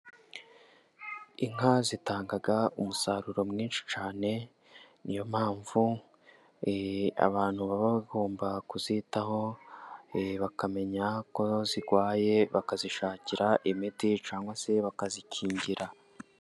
Inka zitanga umusaruro mwinshi cyane, niyo mpamvu abantu bagomba kuzitaho bakamenya ko zirwaye bakazishakira imiti cyangwa se bakazikingira.